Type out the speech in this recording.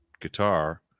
guitar